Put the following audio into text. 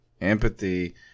empathy